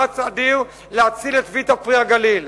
מאמץ אדיר להציל את "ויטה פרי הגליל".